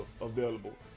available